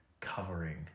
covering